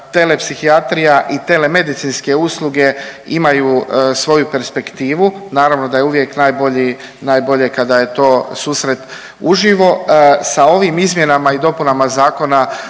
Telepsihijatrija i telemedicinske usluge imaju svoju perspektivu. Naravno da je uvijek najbolji, najbolje kada je to susret uživo. Sa ovim izmjenama i dopunama Zakona